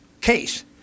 case